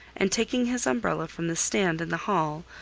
and taking his umbrella from the stand in the hall,